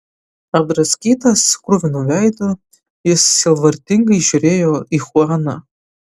apdraskytas kruvinu veidu jis sielvartingai žiūrėjo į chuaną